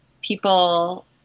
people